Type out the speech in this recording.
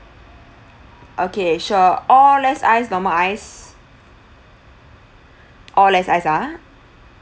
okay sure all less ice normal ice all less ice ah